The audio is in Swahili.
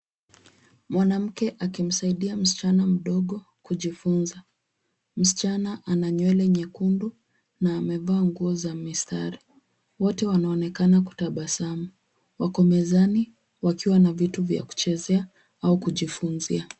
Mwanamke akimsaidia mschana mdogo kujifunza. Mschana ana nywele nyekundu na amevaa nguo yenye mistari. Wote wanaonekana kutabasamu. Wako mezani wakiwa na vitu vya kuchezea au kujifunzia.